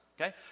okay